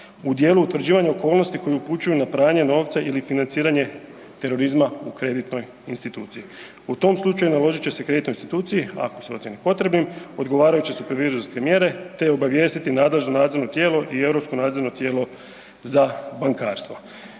u dijelu utvrđivanja okolnosti koji upućuju na pranje novca ili financiranje terorizma u kreditnoj instituciji. U tom slučaju naložit će se kreditnoj instituciji, ako se ocijeni potrebnim, odgovarajuće supervizorske mjere te obavijestiti nadležno nadzorno tijelo i Europsko nadzorno tijelo za bankarstvo.